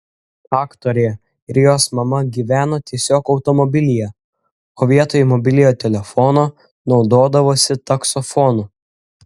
aktorė ir jos mama gyveno tiesiog automobilyje o vietoj mobiliojo telefono naudodavosi taksofonu